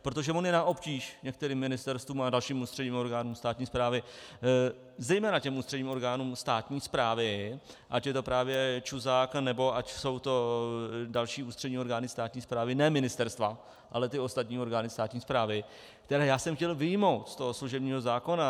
Protože on je na obtíž některým ministerstvům a dalším ústředním orgánům státní správy, zejména těm ústředním orgánům státní správy, ať je to právě ČÚZK nebo ať jsou to další ústřední orgány státní správy, ne ministerstva, ale ty ostatní orgány státní správy, které já jsem chtěl ze služebního zákona vyjmout.